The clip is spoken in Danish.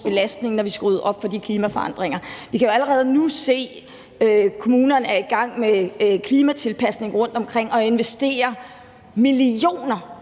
belastning, når vi skal rydde op efter de klimaforandringer. Vi kan jo allerede nu se, at kommunerne er i gang med klimatilpasning rundtomkring og investerer millioner